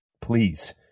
Please